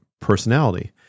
personality